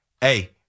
hey